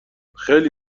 خیلی